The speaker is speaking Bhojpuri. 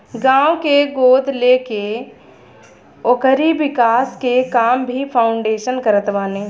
गांव के गोद लेके ओकरी विकास के काम भी फाउंडेशन करत बाने